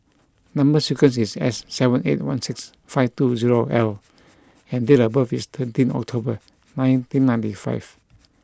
number sequence is S seven eight one six five two zero L and date of birth is thirteen October nineteen ninety five